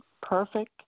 perfect